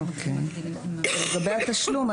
לגבי התשלום,